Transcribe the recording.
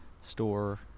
Store